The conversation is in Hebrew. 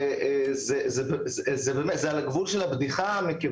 זה על הגבול של הבדיחה,